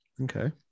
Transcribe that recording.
Okay